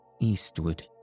Eastward